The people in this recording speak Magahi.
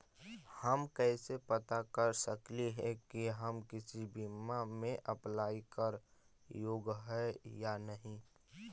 हम कैसे पता कर सकली हे की हम किसी बीमा में अप्लाई करे योग्य है या नही?